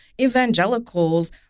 evangelicals